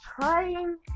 trying